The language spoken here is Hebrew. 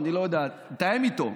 אני לא בטוח שתוכל להשתמש בו: